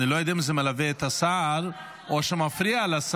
אני לא יודע אם זה מלווה את השר, או שמפריע לשר.